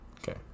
okay